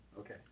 Okay